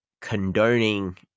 condoning